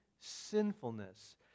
sinfulness